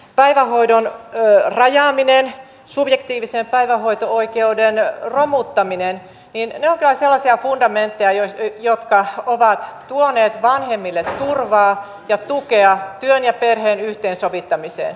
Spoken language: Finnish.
päivähoidon rajaaminen subjektiivisen päivähoito oikeuden romuttaminen ne ovat kyllä sellaisia fundamentteja jotka ovat tuoneet vanhemmille turvaa ja tukea työn ja perheen yhteensovittamiseen